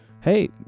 hey